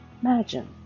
imagine